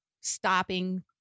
stopping